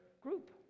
group